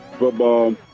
football